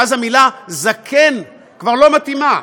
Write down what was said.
ואז המילה "זקן" כבר לא מתאימה.